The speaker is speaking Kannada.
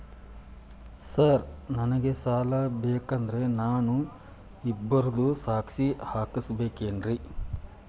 ಸರ್ ನನಗೆ ಸಾಲ ಬೇಕಂದ್ರೆ ನಾನು ಇಬ್ಬರದು ಸಾಕ್ಷಿ ಹಾಕಸಬೇಕೇನ್ರಿ?